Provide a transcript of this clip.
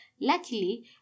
Luckily